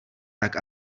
tak